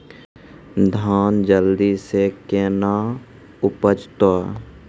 धान जल्दी से के ना उपज तो?